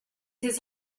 his